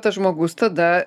tas žmogus tada